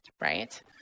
Right